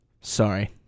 Sorry